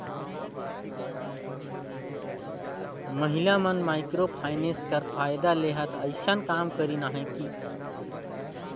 महिला मन micro finance कर फएदा लेहत अइसन काम करिन अहें कि